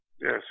Yes